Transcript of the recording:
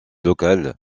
locale